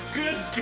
good